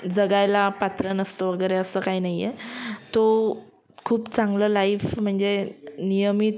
जगायला पात्र नसतो वगैरे असं काही नाही आहे तो खूप चांगलं लाईफ म्हणजे नियमित